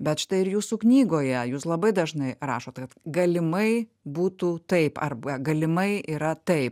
bet štai ir jūsų knygoje jūs labai dažnai rašot kad galimai būtų taip arba galimai yra taip